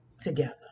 together